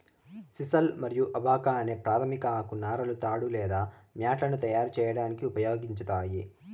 sisal మరియు abaca అనే ప్రాధమిక ఆకు నారలు తాడు లేదా మ్యాట్లను తయారు చేయడానికి ఉపయోగించబడతాయి